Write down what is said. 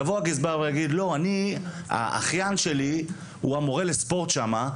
יבוא הגזבר ויגיד: "האחיין שלי הוא המורה לספורט שם,